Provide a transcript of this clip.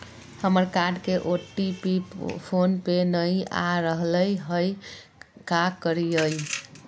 हमर कार्ड के OTP phone पे नई आ रहलई हई, का करयई?